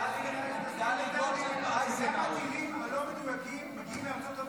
תזכיר לטלי גוטליב שגם הטילים הלא-מדויקים מגיעים מארצות הברית.